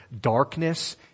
darkness